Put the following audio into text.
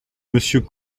monsieur